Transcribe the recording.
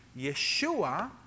Yeshua